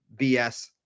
bs